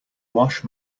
wash